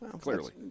clearly